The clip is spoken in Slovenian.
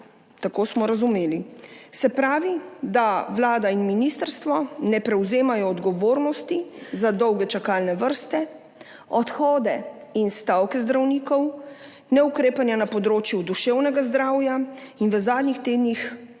tako smo razumeli. Se pravi, vlada in ministrstvo ne prevzemajo odgovornosti za dolge čakalne vrste, odhode in stavke zdravnikov, neukrepanje na področju duševnega zdravja in v zadnjih tednih